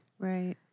Right